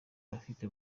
afite